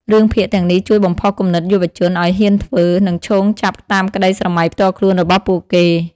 រឿងភាគ ទាំងនេះជួយបំផុសគំនិតយុវជនឱ្យហ៊ានធ្វើ និងឈោងចាប់តាមក្ដីស្រមៃផ្ទាល់ខ្លួនរបស់ពួកគេ។